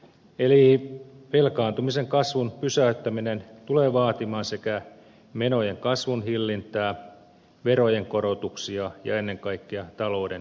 eli velkaantumisen kasvun pysäyttäminen tulee vaatimaan menojen kasvun hillintää verojen korotuksia ja ennen kaikkea talouden kasvua